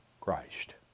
Christ